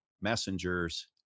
messengers